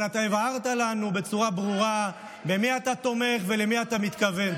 אבל אתה הבהרת לנו בצורה ברורה במי אתה תומך ולמי אתה מתכוון.